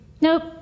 nope